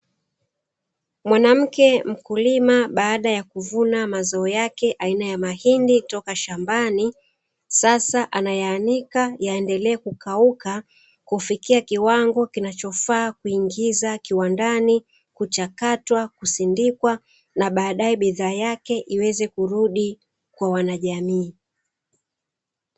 Mwanamke mkulima baada ya kuvuna mazao yake aina ya mahindi toka shambani, sasa anayaanika yaendelee kukauka kufikia kiwango kinachofaa kuingiza kiwandani kuchakatwa, kusindikwa na badae bidhaa yake iweze kurudi kwa wanajamii.